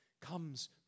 comes